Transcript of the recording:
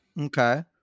okay